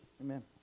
Amen